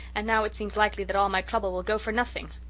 and now it seems likely that all my trouble will go for nothing.